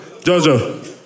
Jojo